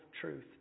truth